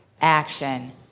action